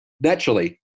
Naturally